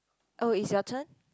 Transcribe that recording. oh it's your turn